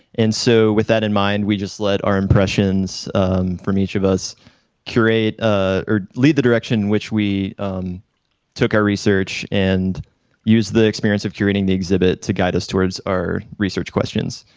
and so with that in mind, we just let our impressions from each of us ah lead the direction which we took our research and use the experience of curating the exhibit to guide us towards our research questions.